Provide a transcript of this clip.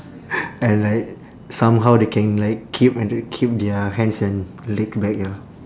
and like somehow they can like keep and the keep their hands and legs back ya